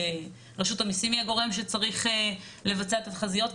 שרשות המיסים היא הגורם שצריך לבצע את התחזיות.